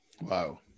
Wow